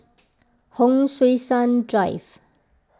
Hon Sui Sen Drive